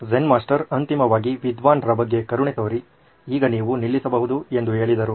Zen master ಅಂತಿಮವಾಗಿ ವಿದ್ವಾನ್ ರ ಬಗ್ಗೆ ಕರುಣೆ ತೋರಿ ಈಗ ನೀವು ನಿಲ್ಲಿಸಬಹುದು ಎಂದು ಹೇಳಿದರು